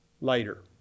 later